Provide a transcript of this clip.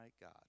God